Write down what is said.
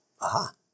Aha